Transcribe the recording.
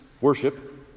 worship